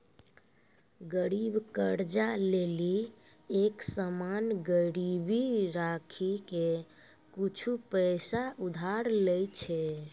गरीब कर्जा ले लेली एक सामान गिरबी राखी के कुछु पैसा उधार लै छै